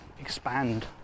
expand